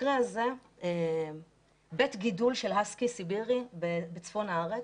המקרה הזה, בית גידול של הסקי סיבירי בצפון הארץ.